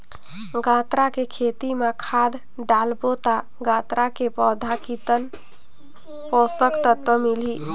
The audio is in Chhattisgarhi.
गन्ना के खेती मां खाद डालबो ता गन्ना के पौधा कितन पोषक तत्व मिलही?